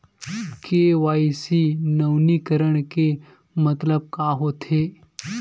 KYC नवीनीकरण के मतलब का होथे?